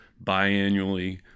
bi-annually